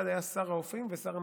שר האופים ושר המשקים.